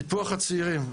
לגבי טיפוח הצעירים.